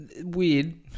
Weird